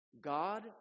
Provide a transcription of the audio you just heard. God